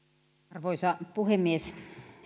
arvoisa puhemies